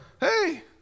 Hey